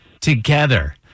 together